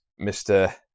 Mr